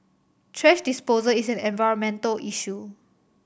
thrash disposal is an environmental issue